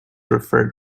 referred